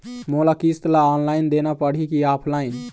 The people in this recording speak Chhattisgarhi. मोला किस्त ला ऑनलाइन देना पड़ही की ऑफलाइन?